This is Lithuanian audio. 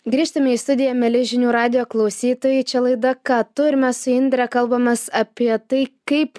grįžtame į studiją mieli žinių radijo klausytojai čia laida ką tu ir mes su indre kalbamės apie tai kaip